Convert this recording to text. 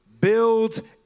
build